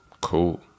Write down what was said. cool